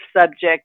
subject